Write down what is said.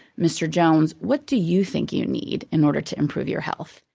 mr. jones, what do you think you need in order to improve your health?